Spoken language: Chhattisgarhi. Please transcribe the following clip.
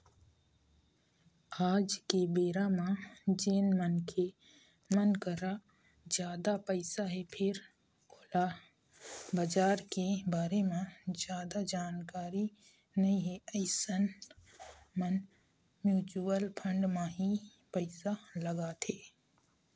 आज के बेरा म जेन मनखे मन करा जादा पइसा हे फेर ओला बजार के बारे म जादा जानकारी नइ हे अइसन मन म्युचुअल फंड म ही पइसा लगाथे